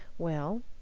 well,